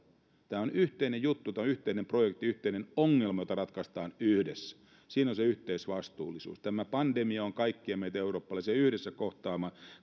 tämä on yhteinen juttu tämä on yhteinen projekti yhteinen ongelma jota ratkaistaan yhdessä siinä on se yhteisvastuullisuus tämä pandemia on kaikkia meitä eurooppalaisia yhdessä